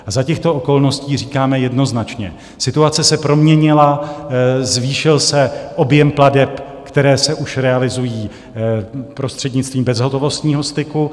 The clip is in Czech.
A za těchto okolností říkáme jednoznačně: Situace se proměnila, zvýšil se objem plateb, které se už realizují prostřednictvím bezhotovostního styku.